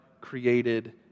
created